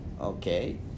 Okay